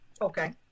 Okay